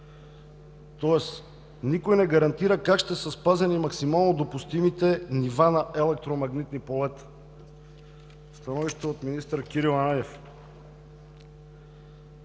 тоест никой не гарантира, как ще са спазени максимално допустимите нива на електромагнитните полета.“ Становище от министър Кирил Ананиев.